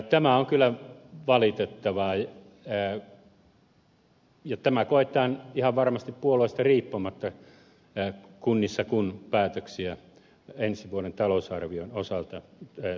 tämä on kyllä valitettavaa ja tämä koetaan ihan varmasti puolueista riippumatta kunnissa kun päätöksiä ensi vuoden talousarvion osalta tehdään